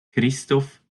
christoph